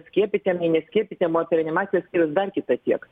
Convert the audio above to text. skiepytiem nei neskiepytiem o apie reanimacijos skyrius dar kita tiek